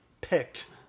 picked